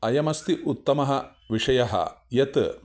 अयमस्ति उत्तमः विषयः यत्